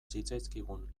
zitzaizkigun